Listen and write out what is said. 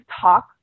talk